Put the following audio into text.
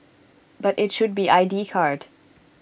but IT should be I D card